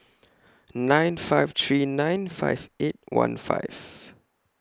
nine five three nine five eight one five